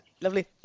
Lovely